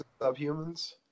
Subhumans